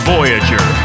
Voyager